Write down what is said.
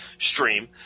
stream